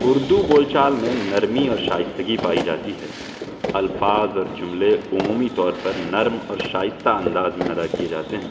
اردو بول چال میں نرمی اور شائستگی پائی جاتی ہے الفاظ اور جملے عمومی طور پر نرم اور شائستہ انداز میں ادا کیے جاتے ہیں